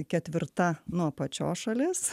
ketvirta nuo apačios šalis